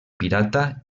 pirata